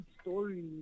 story